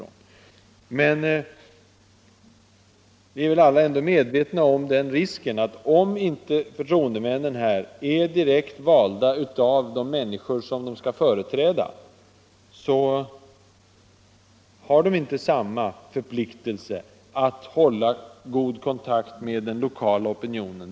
Alla är vi väl ändå medvetna om risken för att om inte förtroendemännen är direkt valda av de människor som de skall företräda, så har de inte samma förpliktelse att hålla god kontakt med den lokala opinionen.